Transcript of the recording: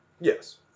Yes